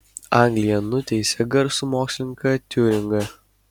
anglija nuteisė garsų mokslininką tiuringą